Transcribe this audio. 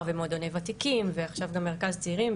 ומועדוני ותיקים ועכשיו גם מרכז צעירים,